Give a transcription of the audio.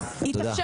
תודה